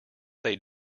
they